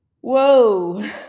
Whoa